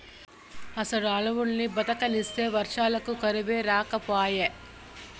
అసలు అడవుల్ని బతకనిస్తే వర్షాలకు కరువే రాకపాయే